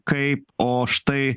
kaip o štai